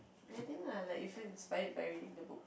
anything lah like you feel inspired by reading the book